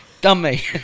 Dummy